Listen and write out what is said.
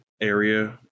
area